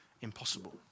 Impossible